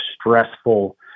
stressful